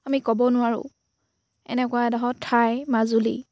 আমি ক'ব নোৱাৰোঁ এনেকুৱা এডোখৰ ঠাই মাজুলী